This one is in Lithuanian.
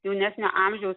jaunesnio amžiaus